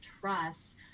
trust